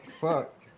Fuck